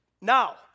Now